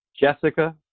Jessica